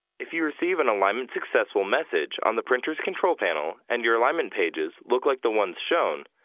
if you receive an alignment successful message on the printer's control panel and your alignment pages look like the ones shown,